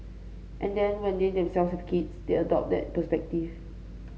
and then when they themselves have kids they adopt that perspective